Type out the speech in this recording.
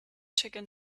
chicken